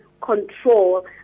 control